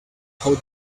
how